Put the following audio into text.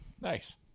Nice